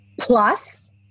Plus